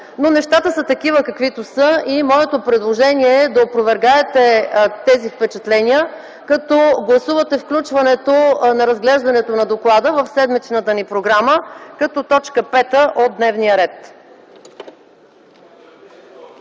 Но нещата са такива, каквито са. Моето предложение е да опровергаете тези впечатления, като гласувате включването на разглеждането на доклада в седмичната ни програма като т. 5.